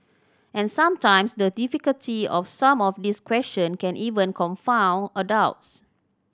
and sometimes the difficulty of some of these question can even confound adults